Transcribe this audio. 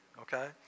okay